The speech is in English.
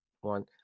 one